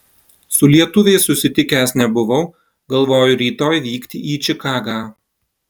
su lietuviais susitikęs nebuvau galvoju rytoj vykti į čikagą